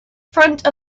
front